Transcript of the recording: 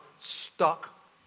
stuck